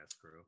crew